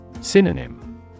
Synonym